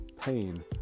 pain